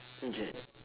mm K